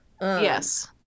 Yes